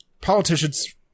politicians